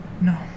No